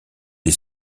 est